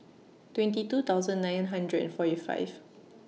twenty two thousand nine hundred and forty five